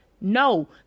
No